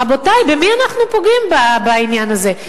רבותי, במי אנחנו פוגעים בעניין הזה?